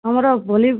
ଆମର ବୋଲି